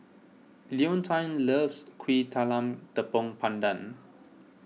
Leontine loves Kuih Talam Tepong Pandan